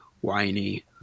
whiny